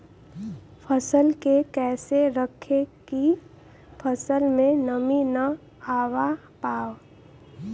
फसल के कैसे रखे की फसल में नमी ना आवा पाव?